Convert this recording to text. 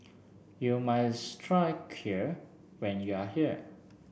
you try Kheer when you are here